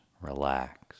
Relax